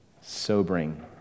Sobering